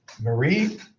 Marie